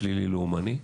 פלילי ללאומני,